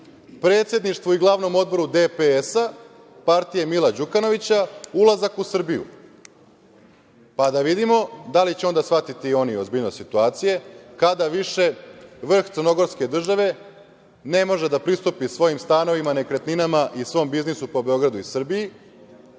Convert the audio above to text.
predsedništvu i glavnom odboru DPS, partija Mila Đukanovića, ulazak u Srbiju, pa da vidimo da li će onda shvatiti ozbiljnost situacije, kada više vrh crnogorske države ne može da pristupi svojim stanovima, nekretninama i svom biznisu po Beogradu i Srbiji